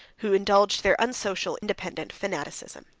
who indulged their unsocial, independent fanaticism.